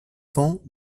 temps